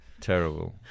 Terrible